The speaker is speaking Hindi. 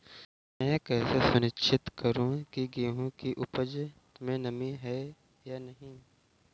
मैं कैसे सुनिश्चित करूँ की गेहूँ की उपज में नमी है या नहीं?